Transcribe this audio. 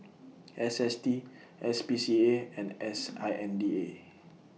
S S T S P C A and S I N D A